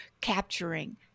capturing